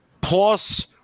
Plus